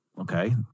Okay